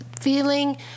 feeling